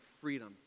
freedom